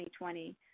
2020